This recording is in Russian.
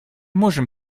можем